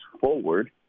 forward